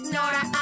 Nora